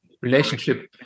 relationship